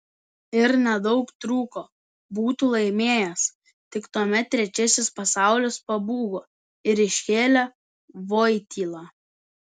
ir nedaug trūko būtų laimėjęs tik tuomet trečiasis pasaulis pabūgo ir iškėlė voitylą